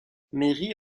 méry